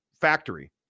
factory